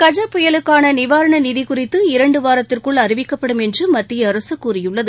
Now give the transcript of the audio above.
கஜ புயலுக்கான நிவாரண நிதி குறித்து இரண்டு வாரத்திற்குள் அறிவிக்கப்படும் என்று மத்திய அரசு கூறியுள்ளது